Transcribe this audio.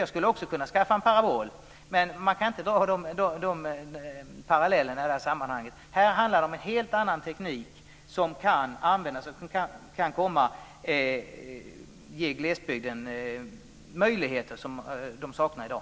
Jag skulle också kunna skaffa mig en parabol, men det går inte att dra sådana paralleller i det här sammanhanget. Här handlar det om en helt annan teknik som kan ge glesbygden möjligheter som saknas i dag.